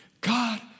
God